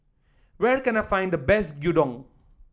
where can I find the best Gyudon